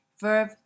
verb